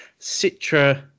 Citra